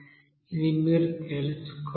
ఇది మీరు తెలుసుకోవాలి